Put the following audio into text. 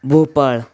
Bhopal